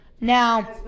Now